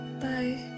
Bye